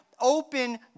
open